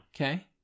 okay